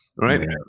right